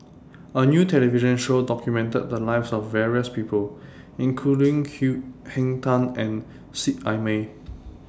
A New television Show documented The Lives of various People including Henn Tan and Seet Ai Mee